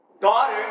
daughter